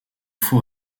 faut